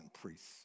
priests